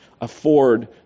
afford